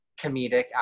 comedic